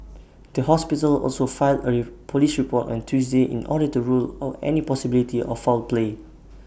the hospital also filed A Police report on Tuesday in order to rule out any possibility of foul play